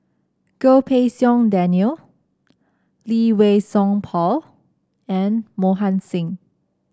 Goh Pei Siong Daniel Lee Wei Song Paul and Mohan Singh